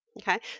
Okay